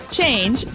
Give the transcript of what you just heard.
Change